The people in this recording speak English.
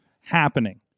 happening